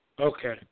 Okay